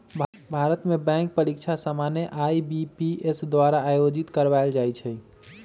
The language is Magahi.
भारत में बैंक परीकछा सामान्य आई.बी.पी.एस द्वारा आयोजित करवायल जाइ छइ